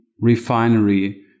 refinery